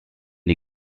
die